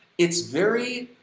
it's very,